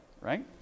right